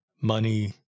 money